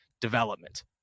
development